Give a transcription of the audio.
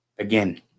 Again